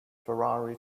ferrari